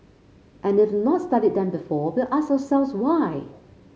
and if we've not studied them before we'll ask ourselves why